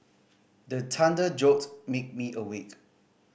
the thunder jolt make me awake